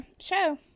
show